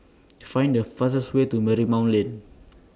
Find The fastest Way to Marymount Lane